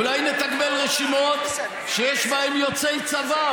אולי נתגמל רשימות שיש בהן יוצאי צבא,